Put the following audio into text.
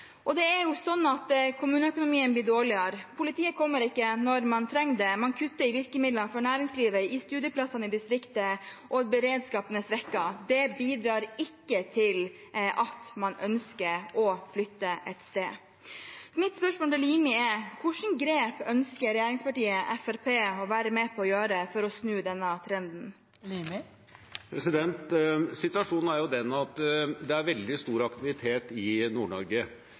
Kommuneøkonomien blir dårligere. Politiet kommer ikke når man trenger det. Man kutter i virkemidlene for næringslivet og i studieplassene i distriktene, og beredskapen er svekket. Det bidrar ikke til at man ønsker å flytte til et sted. Mitt spørsmål til Limi er: Hvilke grep ønsker regjeringspartiet Fremskrittspartiet å være med på å ta for å snu denne trenden? Situasjonen er den at det er veldig stor aktivitet i